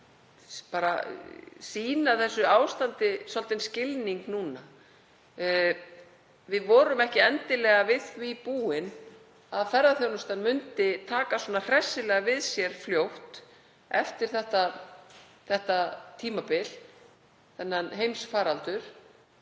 að sýna þessu ástandi svolítinn skilning núna. Við vorum ekki endilega við því búin að ferðaþjónustan myndi taka svona hressilega við sér fljótt eftir þetta tímabil, þennan heimsfaraldur.